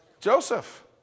Joseph